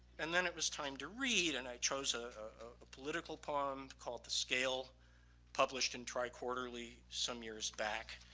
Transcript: and then it was time to read and i chose a ah political poem called the scale published in triquarterly some years back.